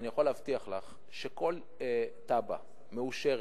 אני יכול להבטיח לך שכל תב"ע מאושרת,